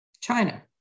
China